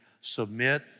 Submit